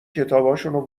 کتابشونو